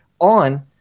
on